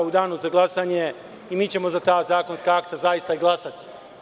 U danu za glasanje mi ćemo za ta zakonska akta glasati.